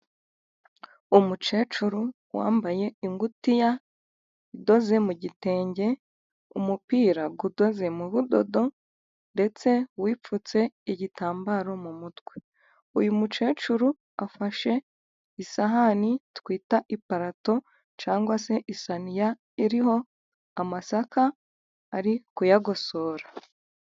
Umukecuru wambaye ingutiya idoze mu gitenge, umupira udoze mu budodo ndetse wipfutse igitambaro mu mutwe, uyu mukecuru afashe isahani twita iparato cyangwa se isaniya iriho amasaka ari kuyagosora.